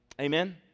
Amen